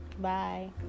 Bye